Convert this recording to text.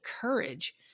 courage